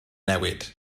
newid